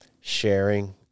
Sharing